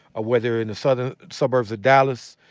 ah whether in the southern suburbs of dallas,